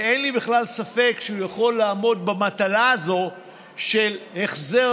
ואין לי בכלל ספק שהוא יכול לעמוד במטלה הזו של החזר